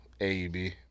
AEB